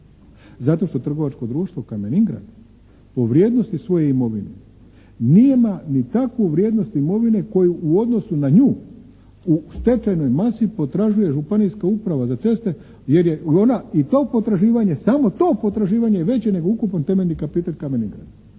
Zato što trgovačko društvo «Kamen Ingrad» po vrijednosti svoje imovine nema ni takvu vrijednost imovine koju u odnosu na nju u stečajnoj masi potražuje županijska uprava za ceste jer je ona i to potraživanje, samo to potraživanje je veće nego ukupan temeljni kapital «Kamen Ingrada».